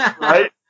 Right